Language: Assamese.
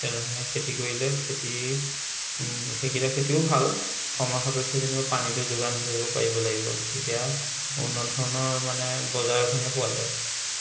তেনেধৰণে খেতি কৰিলে খেতি সেইকেইটা খেতিও ভাল সময় সাপেক্ষে যেনিবা পানীটো যোগান ধৰিব পাৰিব লাগিব তেতিয়া উন্নত ধৰণৰ মানে বজাৰখনেই পোৱা যায়